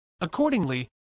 Accordingly